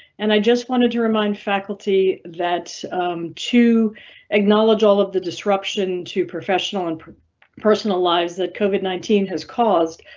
and i just wanted to remind faculty that to acknowledge all of the disruption to professional and personal lives that covid nineteen has caused,